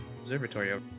observatory